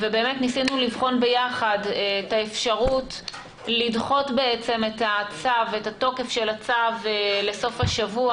ניסינו לבחון ביחד את האפשרות לדחות את תוקף הצו לסוף השבוע,